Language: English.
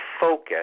focus